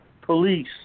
Police